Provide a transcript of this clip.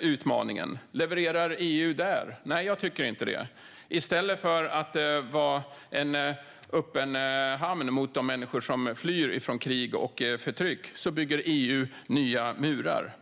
utmaningen. Levererar EU där? Nej, jag tycker inte det. I stället för att vara en öppen hamn gentemot de människor som flyr från krig och förtryck bygger EU nya murar.